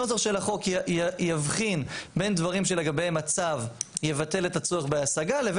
הנוסח של החוק יבחין בין דברים שלגביהם הצו יבטל את הצורך בהשגה לבין